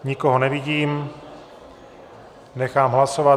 Nikoho nevidím, nechám hlasovat.